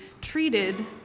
treated